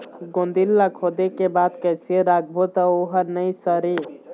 गोंदली ला खोदे के बाद कइसे राखबो त ओहर नई सरे?